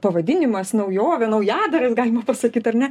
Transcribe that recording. pavadinimas naujovė naujadaras galima pasakyt ar ne